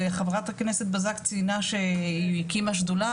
חברת הכנסת בזק ציינה שהיא הקימה שדולה,